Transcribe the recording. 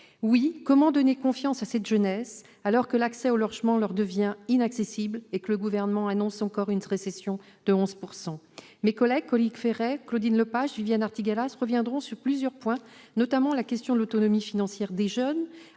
... Comment donner confiance à cette jeunesse, alors que le logement leur devient inaccessible et que le Gouvernement annonce une récession de 11 %? Mes collègues Corinne Féret, Claudine Lepage et Viviane Artigalas reviendront sur plusieurs points, notamment sur la question de l'autonomie financière des jeunes-